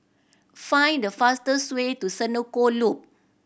find the fastest way to Senoko Loop